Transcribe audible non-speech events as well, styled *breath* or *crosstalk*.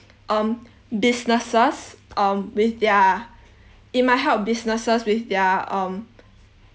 um *breath* businesses um with their *breath* it might help businesses with their um *breath*